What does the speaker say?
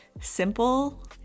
simple